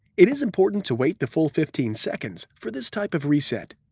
it is important to wait the full fifteen seconds for this type of reset.